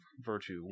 virtue